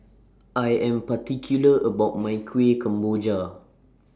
I Am particular about My Kuih Kemboja